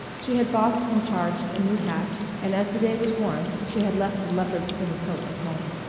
she had bought and charged a new hat, and as the day was warm she had left the leopard skin coat at home.